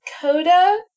Coda